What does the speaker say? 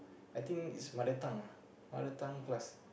I think is mother tongue ah mother tongue class